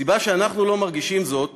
הסיבה שאנחנו לא מרגישים זאת